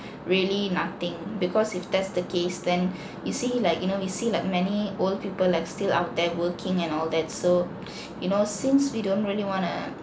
really nothing because if that's the case then you see like you know we see like many old people like still out there working and all that so you know since we don't really want to